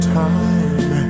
time